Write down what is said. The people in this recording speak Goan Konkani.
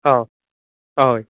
आं आं हय